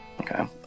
okay